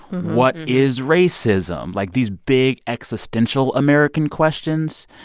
what is racism like, these big existential american questions.